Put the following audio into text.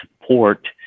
support